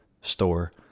store